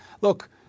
Look